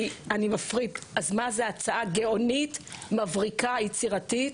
זאת הצעה גאונית, מבריקה, יצירתית.